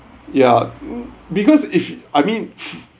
ya because if I mean